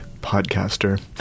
podcaster